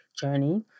journey